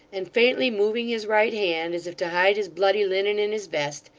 and, faintly moving his right hand, as if to hide his bloody linen in his vest,